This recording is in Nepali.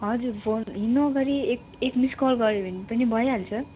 हजुर फोन हिँड्नु अगाडि एक एक मिसकल गऱ्यो भने पनि भइहाल्छ